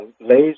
lays